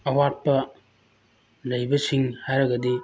ꯑꯋꯥꯠꯄ ꯂꯩꯕꯁꯤꯡ ꯍꯥꯏꯔꯒꯗꯤ